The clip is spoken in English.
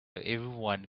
everyone